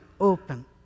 open